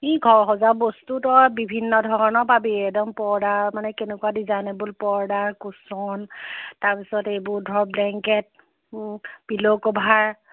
ই ঘৰ সজোৱা বস্তু তই বিভিন্ন ধৰণৰ পাবি একদম পৰ্দা মানে কেনেকুৱা ডিজাইনেবল পৰ্দা কুশ্বন তাৰ পিছত এইবোৰ ধৰ ব্লেংকেট পিলো কভাৰ